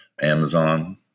Amazon